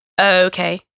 Okay